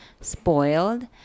spoiled